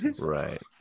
Right